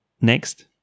Next